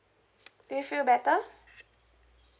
do you feel better